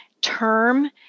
term